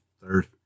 Third